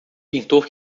pintor